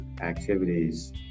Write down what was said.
activities